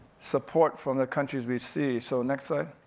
support from the countries we see. so next slide.